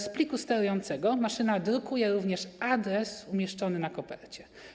Z pliku sterującego maszyna drukuje również adres umieszczony na kopercie.